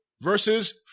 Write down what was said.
versus